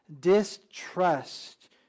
distrust